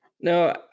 no